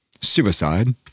Suicide